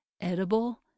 edible